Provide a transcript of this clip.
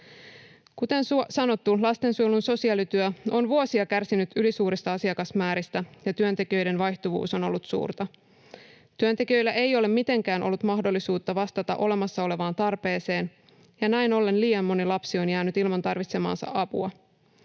Kuten sanottu, lastensuojelun sosiaalityö on vuosia kärsinyt ylisuurista asiakasmääristä ja työntekijöiden vaihtuvuus on ollut suurta. Työntekijöillä ei ole mitenkään ollut mahdollisuutta vastata olemassa olevaan tarpeeseen, ja näin ollen liian moni lapsi on jäänyt ilman tarvitsemaansa apua.